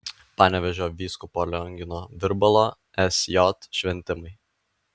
panevėžio vyskupo liongino virbalo sj šventimai